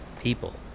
people